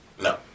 No